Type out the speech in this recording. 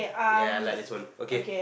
ya I like this one okay